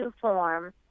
form